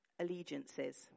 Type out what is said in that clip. allegiances